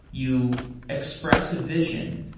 you express a vision.